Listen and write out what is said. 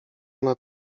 nad